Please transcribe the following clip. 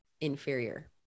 inferior